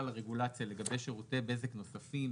הרגולציה לגבי שירותי בזק נוספים,